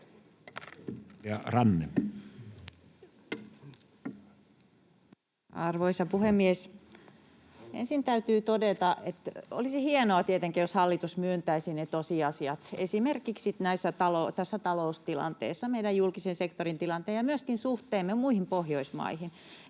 Content: Arvoisa puhemies! Ensin täytyy todeta, että olisi hienoa tietenkin, jos hallitus myöntäisi ne tosiasiat esimerkiksi tässä taloustilanteessa, meidän julkisen sektorin tilanteen ja myöskin suhteemme muihin Pohjoismaihin.